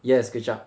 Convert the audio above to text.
yes kway chap